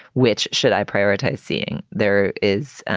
which should i. prioritize seeing there is an